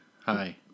hi